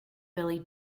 billy